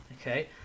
okay